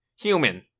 Human